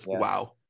Wow